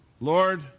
Lord